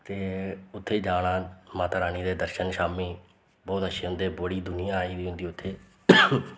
ते उत्थें जाना माता रानी दे दर्शन शाम्मी बोह्त अच्छें होंदे बड़ी दुनिया आई दी होंदी उत्थें